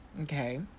okay